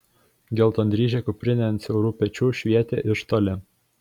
geltondryžė kuprinė ant siaurų pečių švietė iš toli